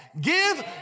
Give